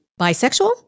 bisexual